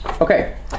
Okay